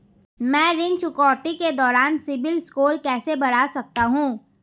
मैं ऋण चुकौती के दौरान सिबिल स्कोर कैसे बढ़ा सकता हूं?